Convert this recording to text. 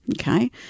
Okay